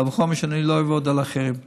וקל וחומר אני לא אעבוד על אחרים.